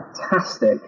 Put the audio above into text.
fantastic